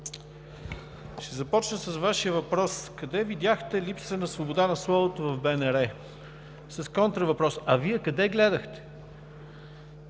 ще започна с Вашия въпрос къде видяхте липса на свобода на словото в БНР с контравъпрос: а Вие къде гледахте?